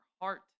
heart